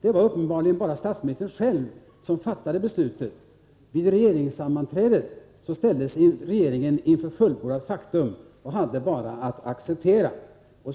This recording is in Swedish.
Det var uppenbarligen bara statsministern själv som fattade beslutet. Vid regeringssammanträdet ställdes regeringen inför fullbordat faktum och hade bara att FSE acceptera.